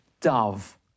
dove